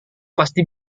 pasti